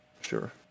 sure